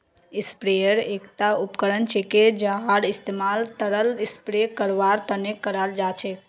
sprayer एकता उपकरण छिके जहार इस्तमाल तरल स्प्रे करवार तने कराल जा छेक